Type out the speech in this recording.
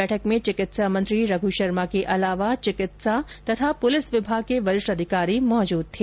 बैठक में चिकित्सा मंत्री रघु शर्मा के अलावा चिकित्सा और पुलिस विभाग के वरिष्ठ अधिकारी मौजूद थे